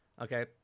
Okay